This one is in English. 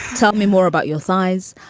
tell me more about your size.